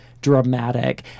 dramatic